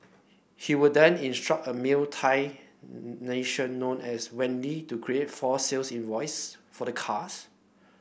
he would then instruct a male Thai national as Wendy to create false sales invoices for the cars